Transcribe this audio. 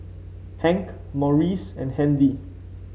Hank Maurice and Handy